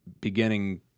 beginning